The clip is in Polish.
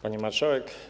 Pani Marszałek!